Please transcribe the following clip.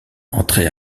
entré